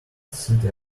slid